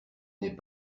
n’est